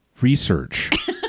research